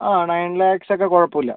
ആ നയൻ ലാക്സ് ഒക്കെ കുഴപ്പമില്ല